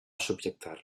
subjectar